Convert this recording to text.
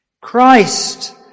Christ